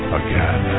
again